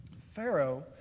Pharaoh